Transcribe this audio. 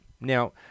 Now